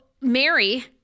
Mary